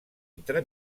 entre